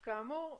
כאמור,